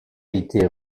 été